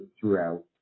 throughout